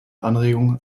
anregungen